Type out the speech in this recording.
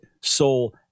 soul